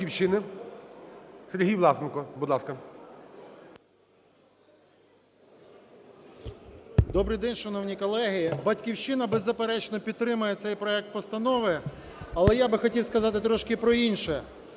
Добрий день, шановні колеги! "Батьківщина" беззаперечно підтримає цей проект постанови. Але я би хотів сказати трошки про інше.